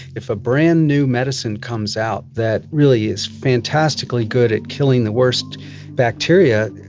if a brand-new medicine comes out that really is fantastically good at killing the worst bacteria,